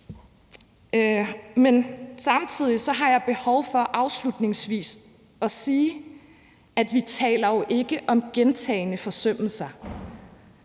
og samtidig har jeg behov for afslutningsvis at sige, at vi jo ikke taler om gentagne forsømmelser.